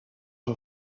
een